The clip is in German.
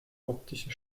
optische